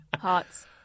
hearts